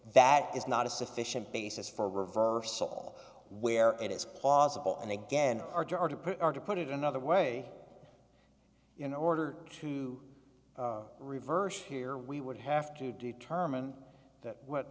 that is not a sufficient basis for reversal where it is plausible and again our door to put it another way in order to reverse here we would have to determine that